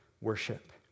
worship